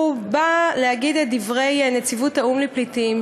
הוא בא להגיד את דברי נציבות האו"ם לפליטים,